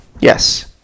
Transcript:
Yes